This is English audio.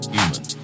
Human